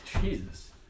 jesus